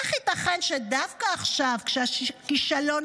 איך ייתכן שדווקא עכשיו, כשהכישלון